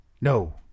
No